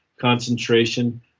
concentration